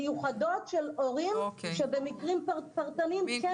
מיוחדות של הורים שבמקרים פרטניים כן יצטרכו את הפטור.